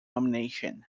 nomination